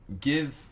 give